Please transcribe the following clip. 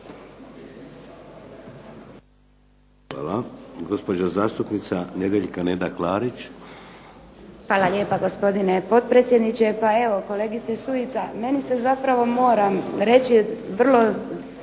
Hvala. Gospođa zastupnica Nedjeljka Neda Klarić. **Klarić, Nedjeljka (HDZ)** Hvala lijepa gospodine potpredsjedniče. Pa evo kolegice Šuica, meni se zapravo moram reći vrlo